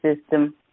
system